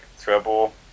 trouble